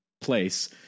place